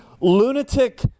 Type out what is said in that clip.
lunatic